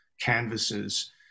canvases